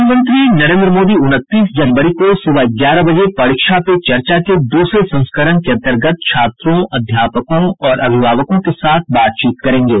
प्रधानमंत्री नरेन्द्र मोदी उनतीस जनवरी को सुबह ग्यारह बजे परीक्षा पे चर्चा के दूसरे संस्करण के अंतर्गत छात्रों अध्यापकों और अभिभावकों के साथ बातचीत करेंगे